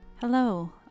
Hello